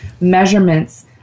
measurements